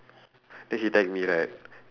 then she tag me right